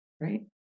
right